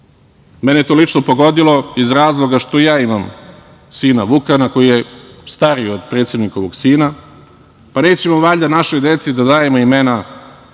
Mene je to lično pogodilo iz razloga što i ja imam sina Vukana, koji je stariji od predsednikovog sina. Pa, nećemo valjda našoj deci da dajemo imena